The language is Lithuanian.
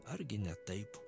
argi ne taip